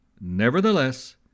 Nevertheless